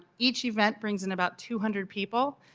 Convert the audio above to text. each event brings in about two hundred people.